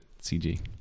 CG